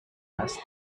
passed